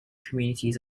communities